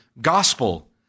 gospel